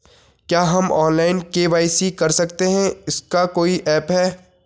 क्या हम online KYC कर सकते हैं इसका कोई ऐप है?